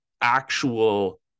actual